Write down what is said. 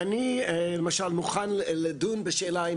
אני למשל מוכן לדון בשאלה האם